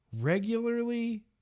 regularly